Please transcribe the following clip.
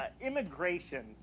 immigration